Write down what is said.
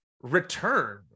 return